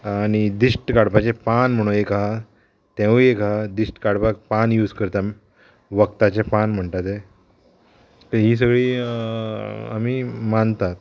आनी दिश्ट काडपाचें पान म्हणून एक आहा तेंवूय एक आहा दिश्ट काडपाक पान यूज करता वखदाचें पान म्हणटा तें ही सगळीं आमी मानतात